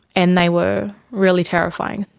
and they were really terrifying.